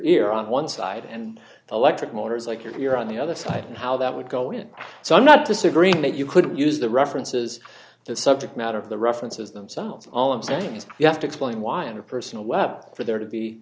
ear on one side and electric motors like you're on the other side and how that would go in so i'm not disagreeing that you couldn't use the references to the subject matter of the references themselves all i'm saying is you have to explain why in your personal web for there to be